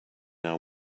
are